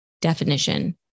definition